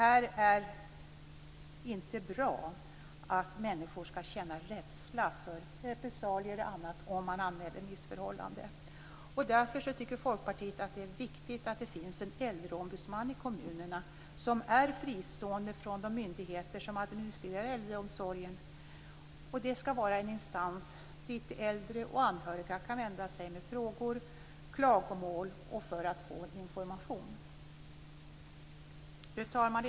Det är inte bra att människor skall känna rädsla för repressalier eller annat om de anmäler missförhållande. Därför tycker Folkpartiet att det är viktigt att det finns en äldreombudsman i kommunerna som är fristående från de myndigheter som administrerar äldreomsorgen. Det skall vara en instans dit äldre och anhöriga kan vända sig med frågor och klagomål och för att få information. Fru talman!